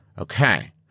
Okay